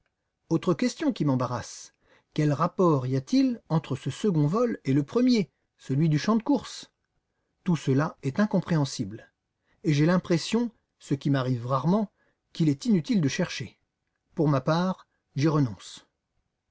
autre question qui m'embarrasse quel rapport y a-t-il entre ce second vol et le premier celui du champ de courses tout cela est incompréhensible et j'ai l'impression ce qui m'arrive rarement qu'il est inutile de chercher pour ma part j'y renonce